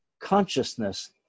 consciousness